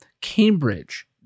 Cambridge